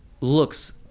looks